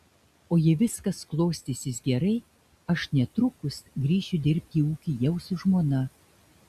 o jei viskas klostysis gerai aš netrukus grįšiu dirbti į ūkį jau su žmona